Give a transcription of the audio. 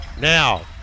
Now